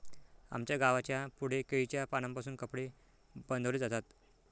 आमच्या गावाच्या पुढे केळीच्या पानांपासून कपडे बनवले जातात